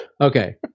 Okay